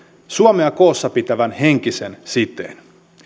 suomea koossa pitävän henkisen siteen